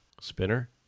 Spinner